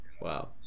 Wow